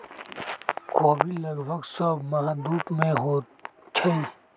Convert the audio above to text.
ख़ोबि लगभग सभ महाद्वीप में होइ छइ